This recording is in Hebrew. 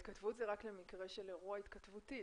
התכתבות היא רק למקרה של אירוע התכתבותי.